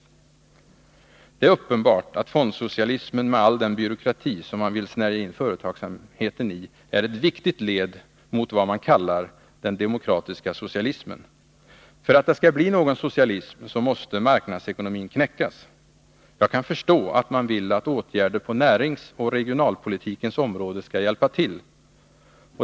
Det är uppenbart att fondsocialismen med all den byråkrati som man vill snärja in företagsamheten i är ett viktigt led mot vad man kallar ”den demokratiska socialismen”. För att det skall bli någon socialism så måste marknadsekonomin knäckas. Jag kan förstå att man vill att åtgärder på näringsoch regionalpolitikens område skall hjälpa till.